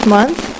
Month